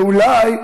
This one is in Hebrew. אולי,